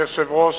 אדוני היושב-ראש,